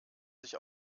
sich